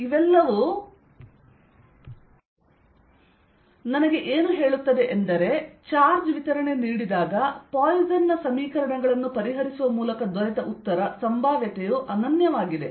ಇವೆಲ್ಲವೂ ನನಗೆ ಏನು ಹೇಳುತ್ತದೆ ಎಂದರೆ ಚಾರ್ಜ್ ವಿತರಣೆ ನೀಡಿದಾಗ ಪಾಯ್ಸನ್ ನ ಸಮೀಕರಣಗಳನ್ನು ಪರಿಹರಿಸುವ ಮೂಲಕ ದೊರೆತ ಉತ್ತರ ಸಂಭಾವ್ಯತೆಯು ಅನನ್ಯವಾಗಿದೆ